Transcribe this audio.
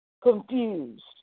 confused